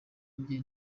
njye